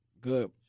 Good